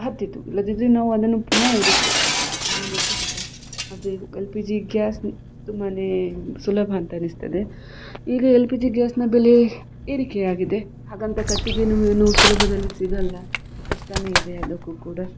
ಹತ್ತಿತು ಇಲ್ಲದಿದ್ದರೆ ನಾವು ಅದನ್ನು ಪುನಃ ಉರಿಸಬೇಕಾಗ್ತದೆ ತುಂಬಾ ಕಷ್ಟ ಆದರೆ ಎಲ್ ಪಿ ಜಿ ಗ್ಯಾಸ್ ತುಂಬಾ ಸುಲಭ ಅಂತ ಅನಿಸ್ತದೆ ಈಗ ಎಲ್ ಪಿ ಜಿ ಗ್ಯಾಸ್ನ ಬೆಲೆ ಏರಿಕೆಯಾಗಿದೆ ಹಾಗಂತ ಕಟ್ಟಿಗೆಯು ಏನೂ ಸುಲಭದಲ್ಲಿ ಸಿಗಲ್ಲ ಕಷ್ಟಾನೆ ಇದೆ ಅದಕ್ಕೂ ಕೂಡ